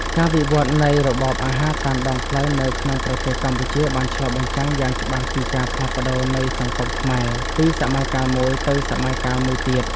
ការវិវត្តនៃរបបអាហារតាមដងផ្លូវនៅក្នុងប្រទេសកម្ពុជាបានឆ្លុះបញ្ចាំងយ៉ាងច្បាស់ពីការផ្លាស់ប្តូរនៃសង្គមខ្មែរពី សម័យកាលមួយទៅសម័យកាលមួយទៀត។